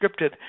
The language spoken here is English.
scripted